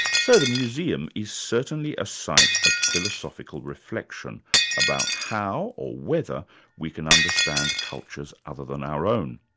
so the museum is certainly a site of philosophical reflection about how, or whether we can understand cultures other than our own.